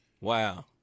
Wow